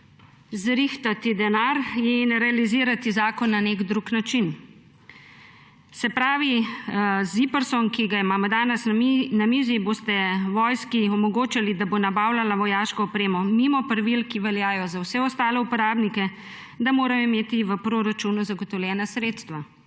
zrihtati denar in realizirati zakon na nek drug način. Z ZIPRS, ki ga imamo danes na mizi, boste vojski omogočali, da bo nabavljala vojaško opremo mimo pravil, ki veljajo za vse ostale uporabnike, da morajo imeti v proračunu zagotovljena sredstva.